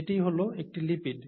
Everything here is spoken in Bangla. এটিই হল একটি লিপিড